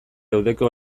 leudeke